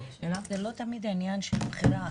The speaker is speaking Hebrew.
זה לא תמיד עניין של בחירה.